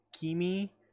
Kimi